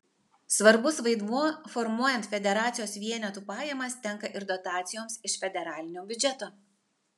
svarbus vaidmuo formuojant federacijos vienetų pajamas tenka ir dotacijoms iš federalinio biudžeto